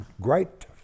great